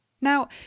Now